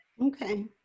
Okay